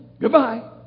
Goodbye